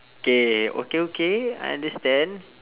K okay okay I understand